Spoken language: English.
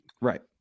Right